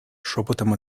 шепотом